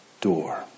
door